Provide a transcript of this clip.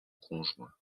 conjoint